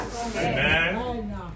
Amen